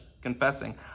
confessing